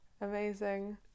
amazing